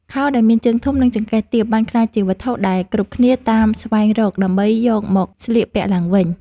ខោដែលមានជើងធំ និងចង្កេះទាបបានក្លាយជាវត្ថុដែលគ្រប់គ្នាតាមស្វែងរក ដើម្បីយកមកស្លៀកពាក់ឡើងវិញ។